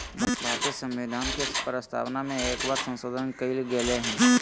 भारतीय संविधान के प्रस्तावना में एक बार संशोधन कइल गेले हइ